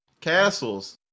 Castles